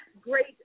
great